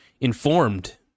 informed